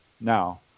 now